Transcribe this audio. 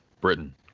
Britain